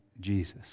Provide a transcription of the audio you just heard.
Jesus